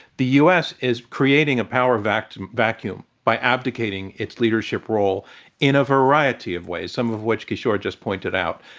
the u. s. is creating a power vacuum vacuum by abdicating its leadership role in a variety of ways, some of which kishore just pointed out,